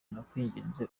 ndakwinginze